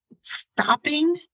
stopping